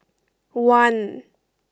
one